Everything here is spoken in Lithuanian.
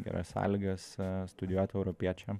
geras sąlygas studijuot europiečiam